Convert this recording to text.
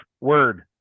word